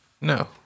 No